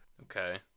Okay